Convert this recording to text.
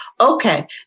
Okay